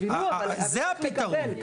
זה הפתרון.